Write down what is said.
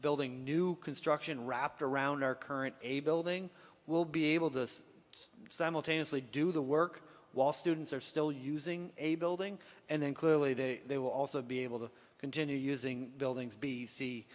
building new construction wrapped around our current a building will be able to simultaneously do the work while students are still using a building and then clearly they will also be able to continue using buildings b c